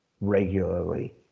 regularly